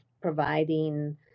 providing